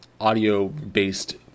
audio-based